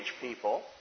people